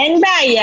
אין בעיה.